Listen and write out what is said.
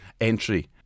entry